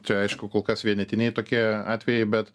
čia aišku kol kas vienetiniai tokie atvejai bet